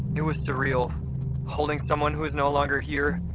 it was surreal holding someone who's no longer here.